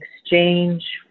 exchange